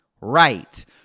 Right